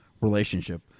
relationship